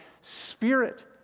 Spirit